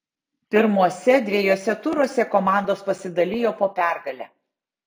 pirmuose dviejuose turuose komandos pasidalijo po pergalę